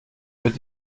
wird